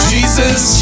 Jesus